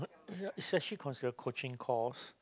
yup it's actually considered coaching course